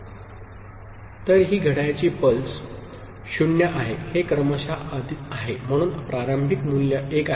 D3 Q2 Qn1 Dn तर ही घड्याळाची पल्स 0 आहे हे क्रमशः आहे म्हणून प्रारंभिक मूल्य 1 आहे